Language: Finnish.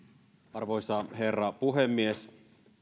arvoisa herra puhemies